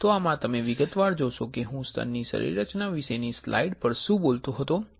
તો આમાં તમે વિગતવાર જોશો કે હું સ્તનની શરીરરચના વિષેની સ્લાઇડ પર શું બોલતો હતો